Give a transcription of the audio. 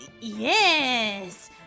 Yes